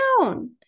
down